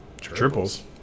Triples